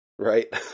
Right